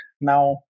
now